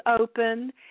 open